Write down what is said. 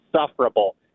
insufferable